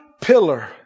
pillar